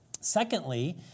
Secondly